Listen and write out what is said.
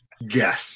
yes